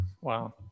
Wow